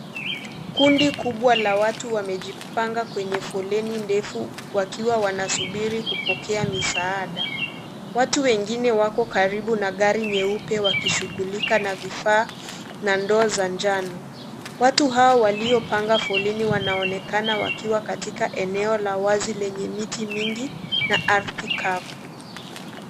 Kundi kubwa la watu wamejipanga kwenye foleni ndefu wakiwa wanasubiri kupokea misaada, watu wengine wako karibu na gari nyeupe wakishughulika na vifaa na ndoo za njano. Watu hao waliopanga foleni wanaonekana wakiwa katika eneo la wazi lenye miti mingi na ardhi kavu.